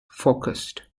focused